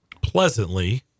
pleasantly